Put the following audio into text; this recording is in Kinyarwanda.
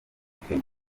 kenya